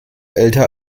älter